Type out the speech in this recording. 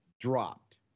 dropped